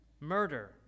murder